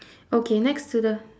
okay next to the